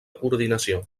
coordinació